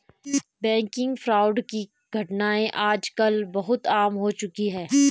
banking fraud की घटनाएं आज कल बहुत आम हो चुकी है